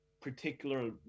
particular